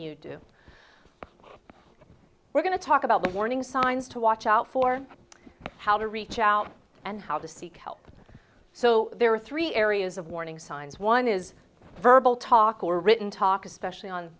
you do we're going to talk about the warning signs to watch out for how to reach out and how to seek help so there are three areas of warning signs one is verbal talk or written talk especially on